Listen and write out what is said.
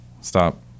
stop